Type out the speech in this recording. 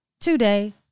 today